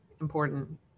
important